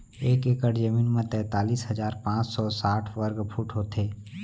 एक एकड़ जमीन मा तैतलीस हजार पाँच सौ साठ वर्ग फुट होथे